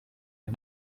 aya